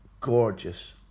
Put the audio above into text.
gorgeous